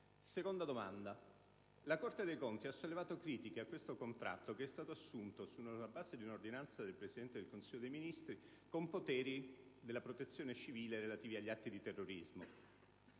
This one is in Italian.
di dosi? La Corte dei conti ha poi sollevato critiche in merito a questo contratto che è stato assunto sulla base di un'ordinanza del Presidente del Consiglio dei ministri con i poteri di protezione civile relativi agli atti di terrorismo.